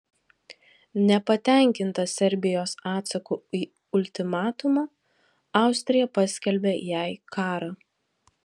nepatenkinta serbijos atsaku į ultimatumą austrija paskelbė jai karą